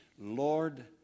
Lord